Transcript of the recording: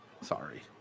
Sorry